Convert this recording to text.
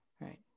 Right